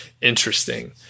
Interesting